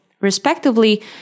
Respectively